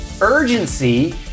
Urgency